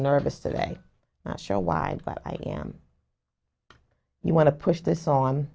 nervous today not sure why i am you want to push this on